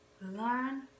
Learn